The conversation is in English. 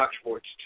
Sports